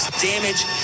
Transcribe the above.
damage